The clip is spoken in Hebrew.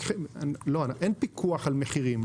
אין פיקוח על מחירים.